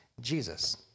Jesus